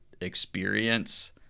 experience